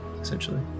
essentially